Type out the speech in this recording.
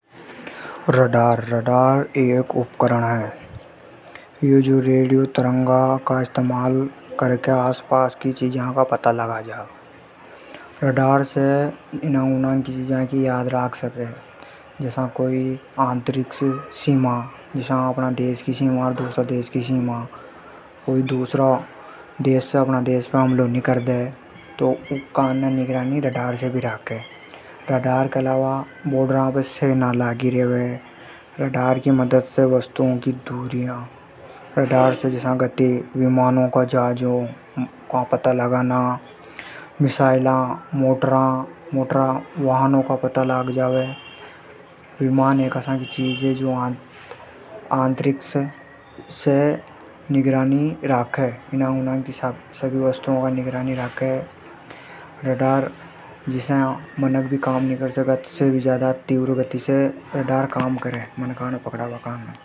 रडार एक उपकरण है। जो रेडियो तरंगा का इस्तेमाल कर आस पास की तरंगा की पतो लगावे। रडार से इनंग उनंग की चीजा की याद रख सके। जसा कोई आंतरिक सीमा की। रडार की मदद से वस्तु की दूरियां। रडार से विमान की गति को पतो लगा बो। सभी वस्तुओं की निगरानी राखे। आदमी से भी ज्यादा तेज गति से रडार काम करे।